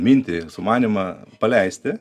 mintį sumanymą paleisti